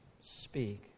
speak